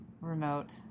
remote